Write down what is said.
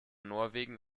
norwegen